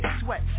sweat